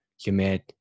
humid